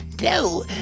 No